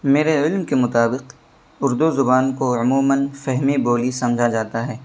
میرے علم کے مطابق اردو زبان کو عموماً فہمی بولی سمجھا جاتا ہے